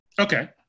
Okay